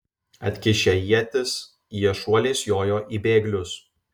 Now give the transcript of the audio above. atkišę ietis jie šuoliais jojo į bėglius